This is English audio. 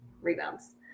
rebounds